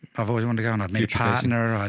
i've always wanted to go and i'd made a partner or